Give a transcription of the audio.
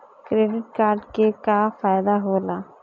Credit card के का फायदा होला?